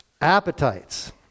Appetites